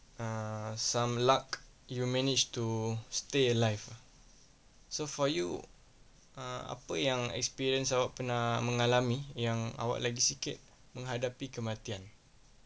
err some luck you managed to stay alive ah so for you err apa yang experience awak pernah mengalami yang awak lagi sikit menghadapi kematian